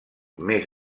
més